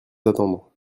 attendre